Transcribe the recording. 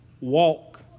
Walk